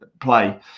play